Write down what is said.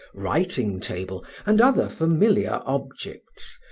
writing-table, and other familiar objects,